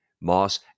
Moss